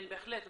כן, בהחלט.